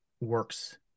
works